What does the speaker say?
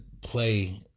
play